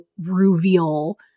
reveal